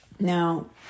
Now